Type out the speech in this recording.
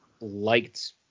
liked